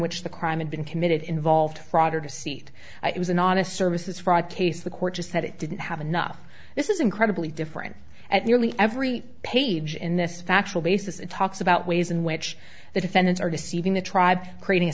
which the crime had been committed involved broader deceit it was an honest services fraud case the court just said it didn't have enough this is incredibly different at nearly every page in this factual basis it talks about ways in which the defendants are deceiving the tribe creating a